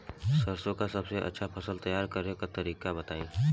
सरसों का सबसे अच्छा फसल तैयार करने का तरीका बताई